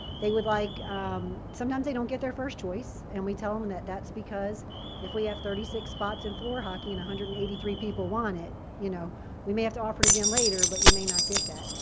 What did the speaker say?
they would like sometimes they don't get their first choice. and we tell them that that's because if we have thirty six spots in floor hockey, and one hundred and eighty three people want it, you know we may have to offer it again later. but you may not get that.